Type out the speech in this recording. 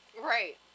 Right